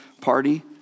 party